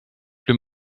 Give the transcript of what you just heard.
plus